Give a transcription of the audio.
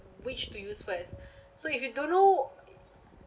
which to use first so if you don't know